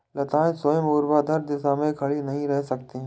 लताएं स्वयं ऊर्ध्वाधर दिशा में खड़ी नहीं रह सकती